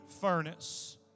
furnace